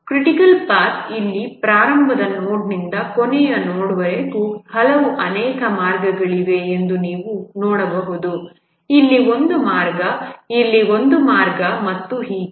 critical path ಇಲ್ಲಿ ಪ್ರಾರಂಭದ ನೋಡ್ನಿಂದ ಕೊನೆಯ ನೋಡ್ವರೆಗೆ ಹಲವು ಅನೇಕ ಮಾರ್ಗಗಳಿವೆ ಎಂದು ನೀವು ನೋಡಬಹುದು ಇಲ್ಲಿ ಒಂದು ಮಾರ್ಗ ಇಲ್ಲಿ ಒಂದು ಮಾರ್ಗ ಮತ್ತು ಹೀಗೆ